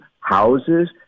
houses